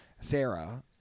Sarah